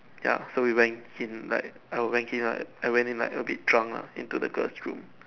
ya so we went in like I went in like I went in like a bit drunk into the girls room